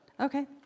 Okay